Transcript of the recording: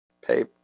Pay